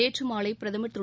நேற்று மாலை பிரதமர் திரு